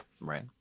Right